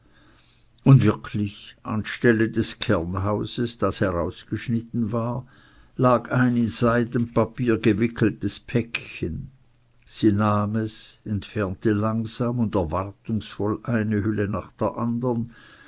und wirklich an stelle des kernhauses das herausgeschnitten war lag ein in seidenpapier gewickeltes päckchen sie nahm es entfernte langsam und erwartungsvoll eine hülle nach der andern